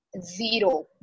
zero